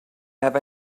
have